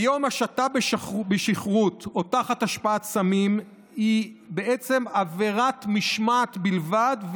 כיום השטה בשכרות או תחת השפעת סמים היא בעצם עבירת משמעת בלבד,